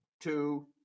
two